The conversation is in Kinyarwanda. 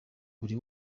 buri